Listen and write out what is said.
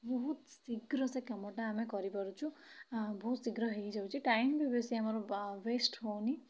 ବହୁତ ଶୀଘ୍ର ସେ କାମଟା ଆମେ କରିପାରୁଛୁ ବହୁତ ଶୀଘ୍ର ହେଇଯାଉଛି ବହୁତ ଟାଇମ୍ ବି ବେଶୀ ଆମର ବା ୱେଷ୍ଟ ହେଉନି